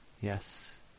Yes